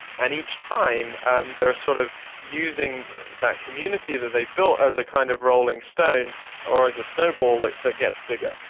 and each time and they are sort of using that community that they've built as a kind of rolling stone or as a snowball like that gets bigger.